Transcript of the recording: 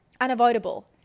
unavoidable